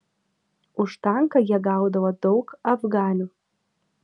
už tanką jie gaudavo daug afganių